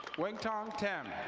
wen tong tim.